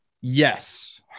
Yes